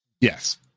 yes